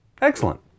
Excellent